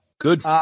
good